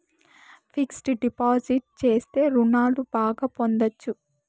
fixed deposit చేస్తే రుణాలు బాగా పొందొచ్చు